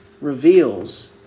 reveals